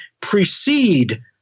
precede